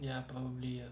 ya probably yup